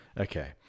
Okay